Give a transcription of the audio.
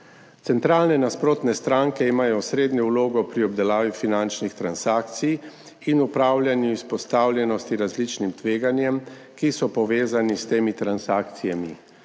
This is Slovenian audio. Centralne nasprotne stranke imajo osrednjo vlogo pri obdelavi finančnih transakcij in upravljanju izpostavljenosti različnim tveganjem, ki so povezana s temi transakcijami.